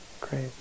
great